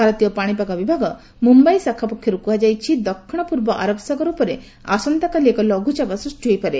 ଭାରତୀୟ ପାଣିପାଗ ବିଭାଗ ମୁମ୍ୟାଇ ଶାଖା ପକ୍ଷରୁ କୁହାଯାଇଛି ଦକ୍ଷିଣ ପୂର୍ବ ଆରବ ସାଗର ଉପରେ ଆସନ୍ତାକାଲି ଏକ ଲଘୁଚାପ ସ୍ନିଷ୍ଟି ହୋଇପାରେ